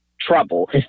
trouble